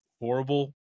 horrible